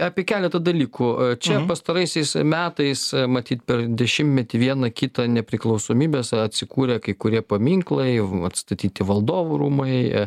apie keletą dalykų čia pastaraisiais metais matyt per dešimtmetį vieną kitą nepriklausomybės atsikūrė kai kurie paminklai atstatyti valdovų rūmai